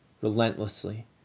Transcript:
relentlessly